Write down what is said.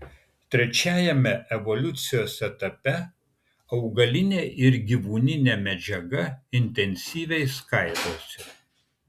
trečiajame evoliucijos etape augalinė ir gyvūninė medžiaga intensyviai skaidosi